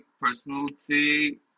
personality